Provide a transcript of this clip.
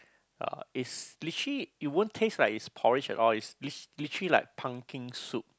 uh it's literally it won't taste like it's porridge at all it's literally like pumpkin soup